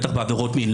בטח בעבירות מין,